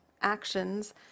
actions